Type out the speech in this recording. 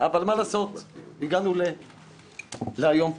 אבל מה לעשות, הגענו לדיון שלישי היום.